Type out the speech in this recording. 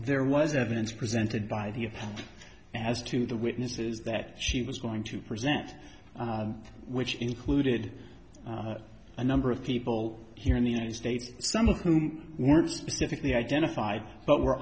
there was evidence presented by the as to the witnesses that she was going to present which included a number of people here in the united states some of whom were specifically identified but were